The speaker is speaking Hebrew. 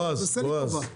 בועז,